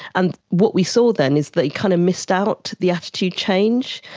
and what we saw then is they kind of missed out, the attitude change,